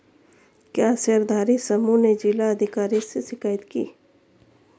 क्या शेयरधारी समूह ने जिला अधिकारी से शिकायत की?